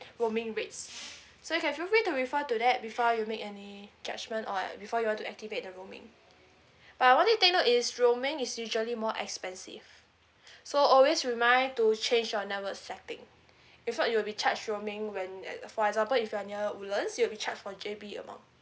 roaming rates so you can feel free to refer to that before you make any judgement or like before you want to activate the roaming but one thing to take note is roaming is usually more expensive so always remind to change your network setting if not you will be charged roaming when like for example if you're near woodlands you'll be charged for J_B amount